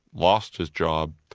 lost his job,